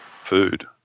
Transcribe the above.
food